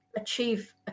achieve